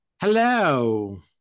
Hello